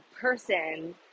person